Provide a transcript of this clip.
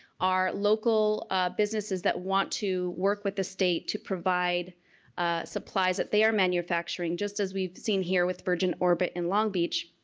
are local businesses that want to work with the state to provide supplies that they are manufacturing just as we've seen here with virgin orbit in long beach.